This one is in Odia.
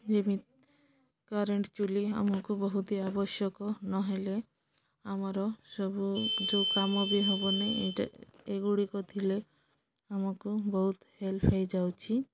ଯେମିତି କରେଣ୍ଟ୍ ଚୁଲି ଆମକୁ ବହୁତ ଆବଶ୍ୟକ ନହେଲେ ଆମର ସବୁ ଯେଉଁ କାମ ବି ହବନି ଏଗୁଡ଼ିକ ଥିଲେ ଆମକୁ ବହୁତ ହେଲ୍ପ ହେଇଯାଉଛି